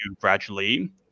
gradually